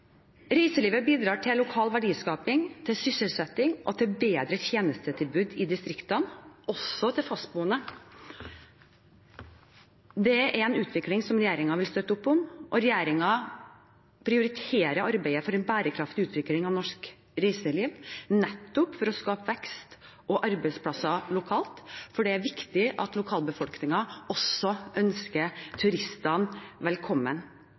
Reiselivet bidrar til lokal verdiskaping, sysselsetting og bedre tjenestetilbud i distriktene – også til fastboende. Det er en utvikling som regjeringen vil støtte opp om, og regjeringen prioriterer arbeidet for en bærekraftig utvikling av norsk reiseliv nettopp for å skape vekst og arbeidsplasser lokalt. Det er viktig at lokalbefolkningen også ønsker turistene velkommen.